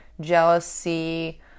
jealousy